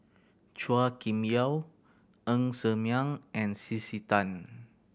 Chua Kim Yeow Ng Ser Miang and C C Tan